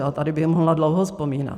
A tady bych mohla dlouho vzpomínat.